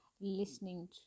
listening